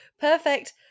perfect